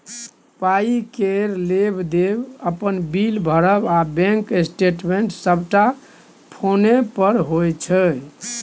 पाइ केर लेब देब, अपन बिल भरब आ बैंक स्टेटमेंट सबटा फोने पर होइ छै